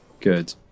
Good